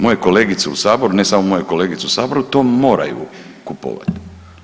Moje kolegice u saboru, ne samo moje kolegice u saboru to moraju kupovati.